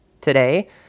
today